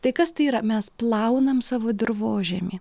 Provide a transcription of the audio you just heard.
tai kas tai yra mes plaunam savo dirvožemį